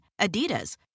Adidas